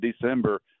December